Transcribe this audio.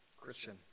Christian